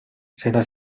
seda